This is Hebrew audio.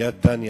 ביד דן יחיד?